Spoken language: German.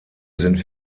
sind